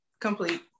Complete